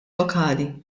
lokali